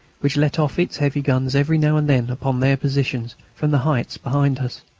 which let off its heavy guns every now and then upon their positions from the heights behind us.